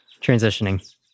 Transitioning